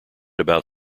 about